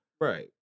right